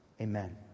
amen